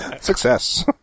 Success